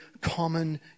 common